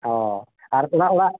ᱚᱻ ᱟᱨ ᱚᱲᱟᱜ ᱚᱲᱟᱜ